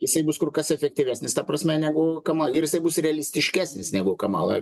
jisai bus kur kas efektyvesnis ta prasme negu kama ir jisai bus realistiškesnis negu kamala